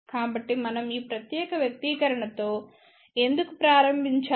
కాబట్టి మనం ఈ ప్రత్యేక వ్యక్తీకరణతో ఎందుకు ప్రారంభించాము